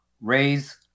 raise